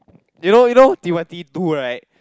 you know you know Timothy too right